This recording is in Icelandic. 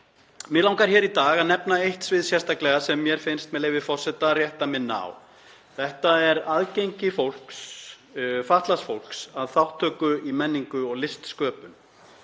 Mig langar hér í dag að nefna eitt svið sérstaklega sem mér finnst rétt að minna á. Þetta er aðgengi fatlaðs fólks að þátttöku í menningu og listsköpun.